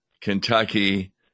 Kentucky